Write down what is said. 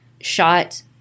shot